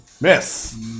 Miss